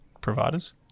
providers